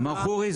מר חורי,